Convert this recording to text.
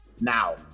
Now